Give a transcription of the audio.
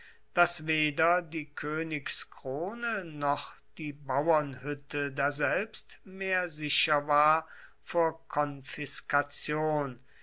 daß weder die königskrone noch die bauernhütte daselbst mehr sicher war vor